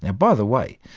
and by the way,